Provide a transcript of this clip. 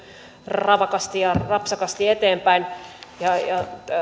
ravakasti ja rapsakasti eteenpäin ja ja